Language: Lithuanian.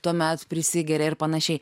tuomet prisigeria ir panašiai